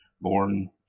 born